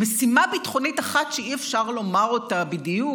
משימה ביטחונית אחת שאי-אפשר לומר אותה בדיוק,